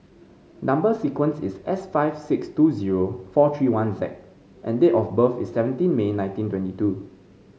number sequence is S five six two zero four three one Z and date of birth is seventeen May nineteen twenty two